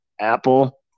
Apple